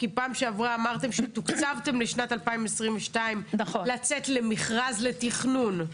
כי בפעם שעברה אמרתם שתוקצבתם לשנת 2022 לצאת למכרז לתכנון.